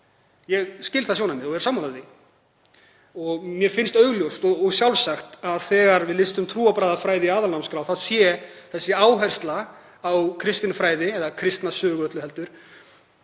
Ég skil það sjónarmið og er sammála því. Mér finnst augljóst og sjálfsagt að þegar við setjum trúarbragðafræði í aðalnámskrá sé áherslan á kristin fræði, eða kristna sögu öllu heldur,